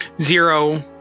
Zero